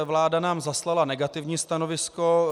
Vláda nám zaslala negativní stanovisko.